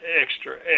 extra